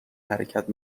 حرکت